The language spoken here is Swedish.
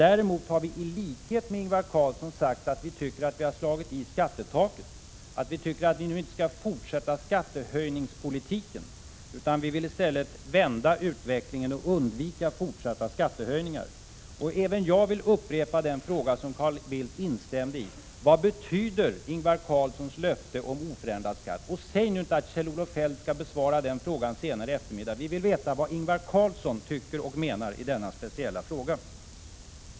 Däremot har vi i likhet med Ingvar Carlsson sagt att vi tycker att man har slagit i skattetaket och att man nu inte skall fortsätta skattehöjningspolitiken. Vi vill i stället att utvecklingen skall vändas och att fortsatta skattehöjningar skall undvikas. Även jag vill upprepa den fråga som Carl Bildt instämde i: Vad betyder Ingvar Carlssons löfte om oförändrad skatt? Säg nu inte att Kjell-Olof Feldt skall besvara den frågan senare i eftermiddag! Vi vill veta vad Ingvar Carlsson tycker och menar i denna speciella fråga.